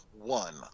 one